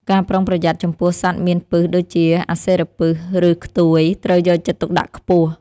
ការប្រុងប្រយ័ត្នចំពោះសត្វមានពិសដូចជា អាសិរពិស ឬខ្ទួយ ត្រូវយកចិត្តទុកដាក់ខ្ពស់។